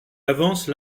avance